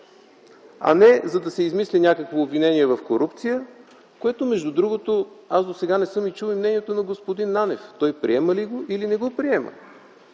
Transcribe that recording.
а не, за да се измисли някакво обвинение в корупция, което между другото аз досега не съм чул мнението на господин Нанев - той приема ли го или не го приема.